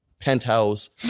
penthouse